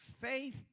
faith